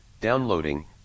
Downloading